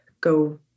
go